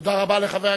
תודה רבה לחבר הכנסת,